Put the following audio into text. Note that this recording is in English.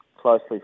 closely